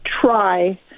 try